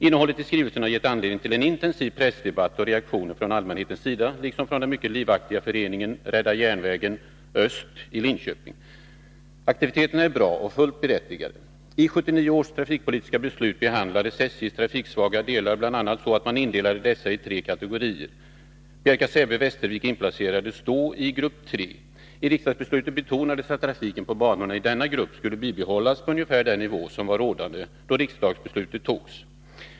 Innehållet i skrivelsen har gett anledning till en intensiv pressdebatt och reaktioner från allmänhetens sida liksom från den mycket livaktiga Föreningen Rädda järnvägen öst i Linköping. Aktiviteterna är bra och fullt berättigade. 11979 års trafikpolitiska beslut behandlades SJ:s trafiksvaga delar bl.a. så att man indelade dessa i tre kategorier. Bjärka-Säby-Västervik inplacerades då i grupp 3. I riksdagsbeslutet betonades att trafiken på banorna i denna grupp skulle bibehållas på ungefär den nivå som var rådande då riksdagsbeslutet fattades.